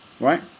Right